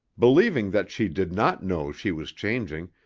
believing that she did not know she was changing,